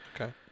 Okay